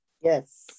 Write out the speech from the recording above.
Yes